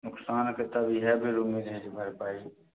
नोकसानके तऽ आब भरपाइ